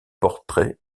portraits